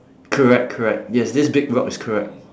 correct correct yes this big rock is correct